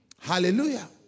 Hallelujah